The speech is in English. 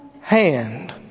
hand